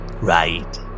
Right